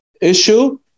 issue